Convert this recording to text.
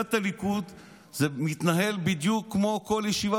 בסיעת הליכוד זה מתנהל בדיוק כמו בכל ישיבה